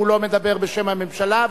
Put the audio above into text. הוא לא מדבר בשם הממשלה,